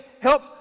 help